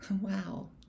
Wow